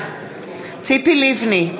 בעד ציפי לבני,